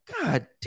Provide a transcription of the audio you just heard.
God